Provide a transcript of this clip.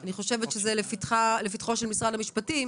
אני חושבת שזה לפתחו של משרד המשפטים,